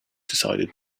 decided